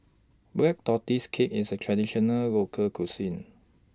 Black Tortoise Cake IS A Traditional Local Cuisine